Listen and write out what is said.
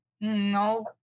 no